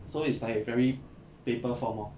so it's like very paper form orh